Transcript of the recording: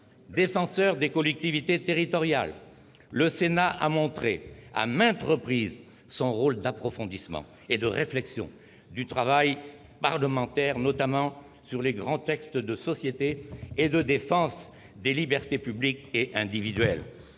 Défenseur des collectivités territoriales, le Sénat a montré à maintes reprises son rôle d'approfondissement du travail parlementaire et de réflexion, notamment sur les grands textes de société et de défense des libertés publiques et individuelles.